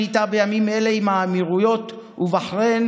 שניטע בימים אלה עם האמירויות ובחריין,